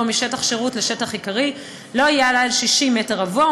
משטח שירות לשטח עיקרי לא יעלה על 60 מטר רבוע,